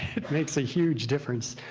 it makes a huge difference.